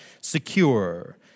secure